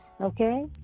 Okay